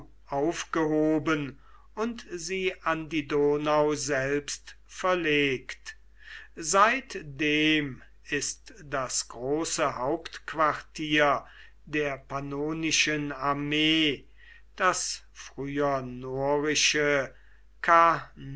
aufgehoben und sie an die donau selbst verlegt seitdem ist das große hauptquartier der pannonischen armee das früher